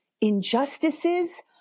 injustices